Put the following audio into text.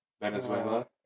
Venezuela